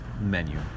menu